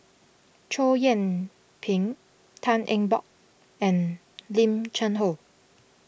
Chow Yian Ping Tan Eng Bock and Lim Cheng Hoe